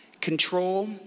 Control